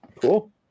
cool